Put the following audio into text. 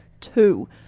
two